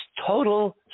total